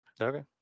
Okay